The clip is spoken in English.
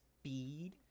speed